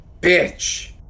bitch